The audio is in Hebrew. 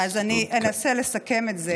אז אני אנסה לסכם את זה.